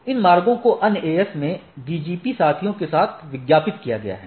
इन मार्गों को अन्य AS में BGP साथियों के लिए विज्ञापित किया गया है